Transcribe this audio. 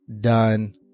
done